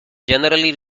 generally